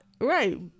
Right